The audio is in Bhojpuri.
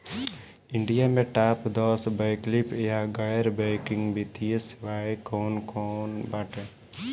इंडिया में टाप दस वैकल्पिक या गैर बैंकिंग वित्तीय सेवाएं कौन कोन बाटे?